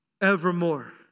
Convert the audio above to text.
evermore